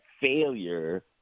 failure